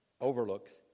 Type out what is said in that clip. overlooks